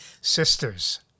Sisters